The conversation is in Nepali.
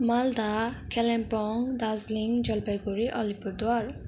मालदा कालिम्पोङ दार्जिलिङ जलपाइगढी अलिपुरद्वार